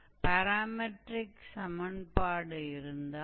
तो उस स्थिति में पैरामीट्रिक फॉर्म होगा